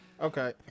Okay